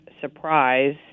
surprise